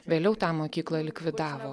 vėliau tą mokyklą likvidavo